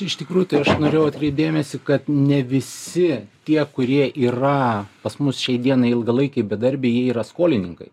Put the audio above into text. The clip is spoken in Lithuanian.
iš tikrųjų tai aš norėjau atkreipt dėmesį kad ne visi tie kurie yra pas mus šiai dienai ilgalaikiai bedarbiai jie yra skolininkai